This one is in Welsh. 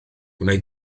wnei